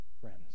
friends